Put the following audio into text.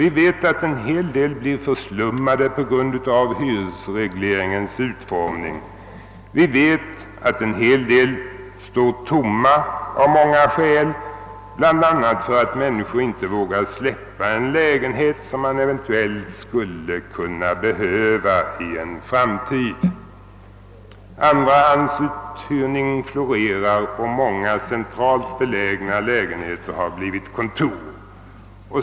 Vi känner till att en hel del hus blir förslummade på grund av hyresregleringens utformning, vi vet att många lägenheter står tomma, av många skäl, bl.a. därför att människor inte vågar släppa ifrån sig en lägenhet som de eventuellt skulle kunna komma att behöva i framtiden. Andrahandsuthyrning florerar och många centralt belägna bostadslägenheter har blivit kontor.